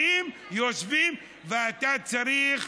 הם באים, יושבים, ואתה צריך